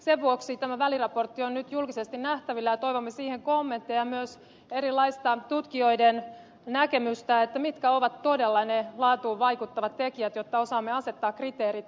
sen vuoksi tämä väliraportti on nyt julkisesti nähtävillä ja toivomme siitä kommentteja myös erilaisia tutkijoiden näkemyksiä siitä mitkä ovat todella ne laatuun vaikuttavat tekijät jotta osaamme asettaa kriteerit